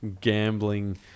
gambling